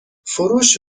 فروش